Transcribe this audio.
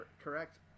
correct